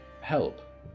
Help